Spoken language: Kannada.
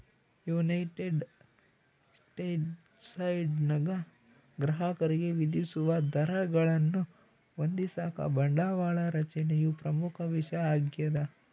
ಯುನೈಟೆಡ್ ಸ್ಟೇಟ್ಸ್ನಾಗ ಗ್ರಾಹಕರಿಗೆ ವಿಧಿಸುವ ದರಗಳನ್ನು ಹೊಂದಿಸಾಕ ಬಂಡವಾಳ ರಚನೆಯು ಪ್ರಮುಖ ವಿಷಯ ಆಗ್ಯದ